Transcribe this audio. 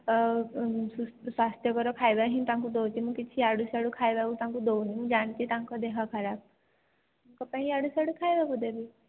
ଅଂ ସୁ ସ୍ୱାସ୍ଥ୍ୟକର ଖାଇବା ହିଁ ତାଙ୍କୁ ଦେଉଛି ମୁଁ କିଛି ଇଆଡ଼ୁ ସିଆଡ଼ୁ ଖାଇବାକୁ ତାଙ୍କୁ ଦେଉନି ମୁଁ ଜାଣିଛି ତାଙ୍କ ଦେହଖରାପ ତାଙ୍କୁ କାଇଁ ଇଆଡ଼ୁ ସିଆଡ଼ୁ ଖାଇବାକୁ ଦେବି